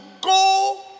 go